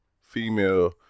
female